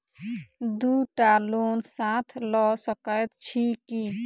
दु टा लोन साथ लऽ सकैत छी की?